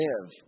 live